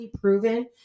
proven